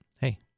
hey